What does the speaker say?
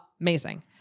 amazing